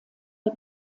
der